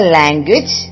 language